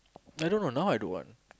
I don't know now I don't want